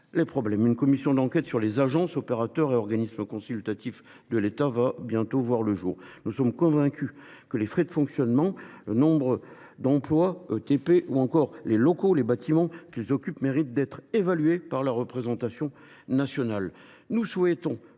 le problème. Une commission d’enquête sur les missions des agences, opérateurs et organismes consultatifs de l’État verra bientôt le jour. Nous sommes convaincus que les frais de fonctionnement, le nombre d’ETP ou encore les locaux que les agents occupent méritent d’être évalués par la représentation nationale.